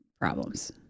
problems